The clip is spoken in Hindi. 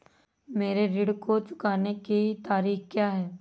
मेरे ऋण को चुकाने की तारीख़ क्या है?